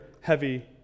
heavy